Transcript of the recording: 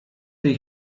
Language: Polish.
tej